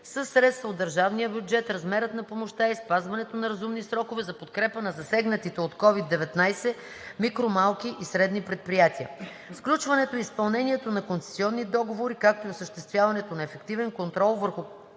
средства от държавния бюджет, размерът на помощта и спазването на разумни срокове за подкрепа за засегнатите от COVID-19 микро-, малки и средни предприятия; - сключването и изпълнението на концесионни договори, както и осъществяването на ефективен контрол върху